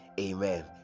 amen